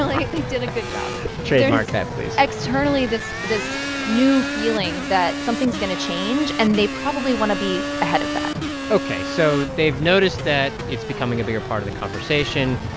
i think, did a good job trademark that, please there's, externally, this this new feeling that something's going to change, and they probably want to be ahead of that ok, so they've noticed that it's becoming a bigger part of the conversation.